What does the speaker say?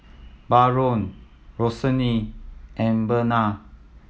Baron Roxane and Bena